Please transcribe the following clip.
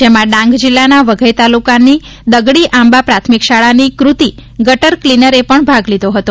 જેમાં ડાંગ જિલ્લાના વઘઇ તાલુકાની દગડી આમ્બા પ્રાથમિક શાળા ની કૃતિ ગટર ક્લીનર એ પણ ભાગ લીધો હતો